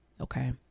okay